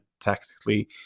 tactically